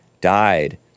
died